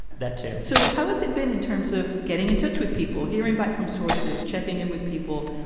that, too. so how has it been in terms of getting in touch with people, hearing back from sources, checking in with people?